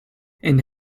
and